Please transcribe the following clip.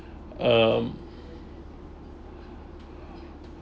um